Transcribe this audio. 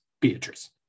Beatrice